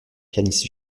pianiste